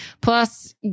plus